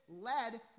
led